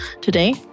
Today